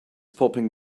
popping